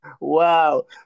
Wow